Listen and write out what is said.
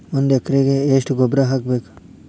ಒಂದ್ ಎಕರೆಗೆ ಎಷ್ಟ ಗೊಬ್ಬರ ಹಾಕ್ಬೇಕ್?